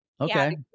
okay